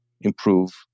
improve